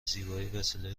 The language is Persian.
زیبایی، وسیله